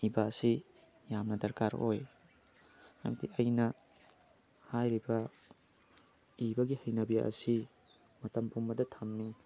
ꯏꯕ ꯑꯁꯤ ꯌꯥꯝꯅ ꯗꯔꯀꯥꯔ ꯑꯣꯏ ꯍꯥꯏꯕꯗꯤ ꯑꯩꯅ ꯍꯥꯏꯔꯤꯕ ꯏꯕꯒꯤ ꯍꯩꯅꯕꯤ ꯑꯁꯤ ꯃꯇꯝ ꯄꯨꯡꯕꯗ ꯊꯝꯃꯤ